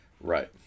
Right